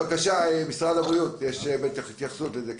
למשרד הבריאות יש התייחסות לזה.